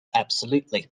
absolutely